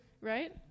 right